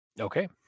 Okay